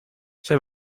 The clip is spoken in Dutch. zij